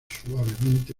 suavemente